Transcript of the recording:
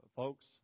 Folks